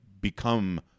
become